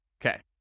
Okay